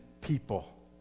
people